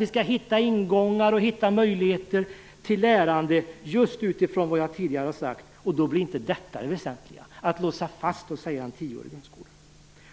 Vi skall hitta ingångar och möjligheter till lärande just utifrån det jag tidigare har sagt. Då blir det inte väsentligt att låsa fast sig vid en tioårig grundskola.